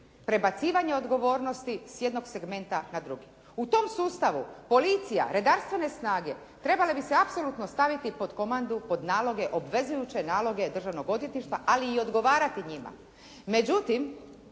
prebacivanje odgovornosti s jednog segmenta na drugi. U tom sustavu policija, redarstvene snage trebale bi se apsolutno staviti pod komandu, pod naloge, obvezujuće naloge Državnog odvjetništva, ali i odgovarati njima.